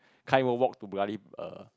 kind of walk to bloody err